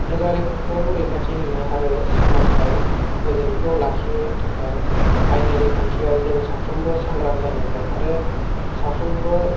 नोगोरारिफोरखौ रैखाथि होनो आरो समाजाव गोजोनखौ लाखिनो थाखाय आयेनारि खान्थियाव जों साफ्रोमबो सांग्रां जानांगोन आरो साफ्रोमबो